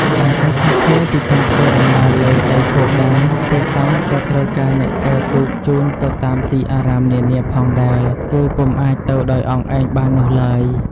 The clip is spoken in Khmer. មិនសូវខុសគ្នាពីការធ្វើដំណើរលើដីគោកដែរ ព្រះសង្ឃក៏ត្រូវការអ្នកចែវទូកជូនទៅតាមទីអារាមនានាផងដែរ គឺពុំអាចទៅដោយអង្គឯងបាននោះឡើយ។